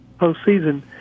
postseason